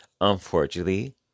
unfortunately